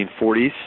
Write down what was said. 1940s